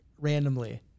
randomly